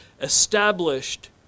established